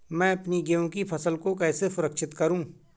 मैं अपनी गेहूँ की फसल को कैसे सुरक्षित करूँ?